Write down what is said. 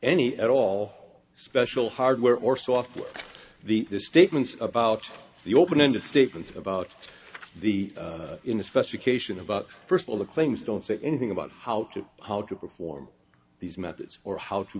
any at all special hardware or software the statements about the open ended statements about the in a specification about first all the things don't say anything about how to how to perform these methods or how to